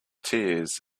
tears